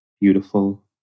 beautiful